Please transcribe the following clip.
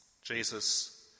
Jesus